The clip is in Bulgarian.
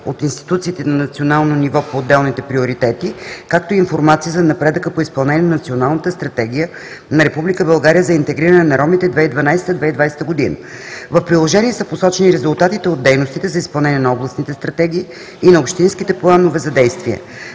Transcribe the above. от институциите на национално ниво по отделните приоритети, както и информация за напредъка по изпълнението на Националната стратегия на Република България за интегриране на ромите 2012 – 2020 г. В приложение са посочени резултатите от дейностите за изпълнение на областните стратегии и на общинските планове за действие.